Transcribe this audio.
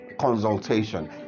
consultation